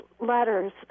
letters